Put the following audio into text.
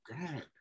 God